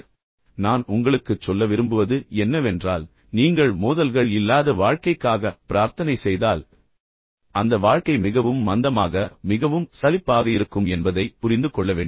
எனவே சுருக்கமாக நான் உங்களுக்குச் சொல்ல விரும்புவது என்னவென்றால் நீங்கள் மோதல்கள் இல்லாத வாழ்க்கைக்காக பிரார்த்தனை செய்தால் அந்த வாழ்க்கை மிகவும் மந்தமாக மிகவும் சலிப்பாக மிகவும் ஒரே மாதிரியான ஒன்றாக இருக்கும் என்பதை புரிந்து கொள்ள வேண்டும்